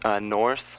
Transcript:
North